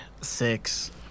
Six